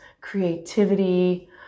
creativity